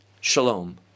Shalom